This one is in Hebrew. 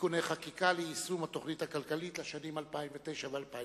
(תיקוני חקיקה ליישום התוכנית הכלכלית לשנים 2009 ו-2010).